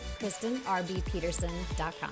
KristenRBPeterson.com